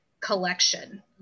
collection